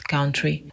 Country